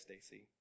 Stacy